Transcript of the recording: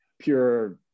pure